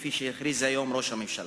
כפי שהכריז היום ראש הממשלה,